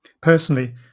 Personally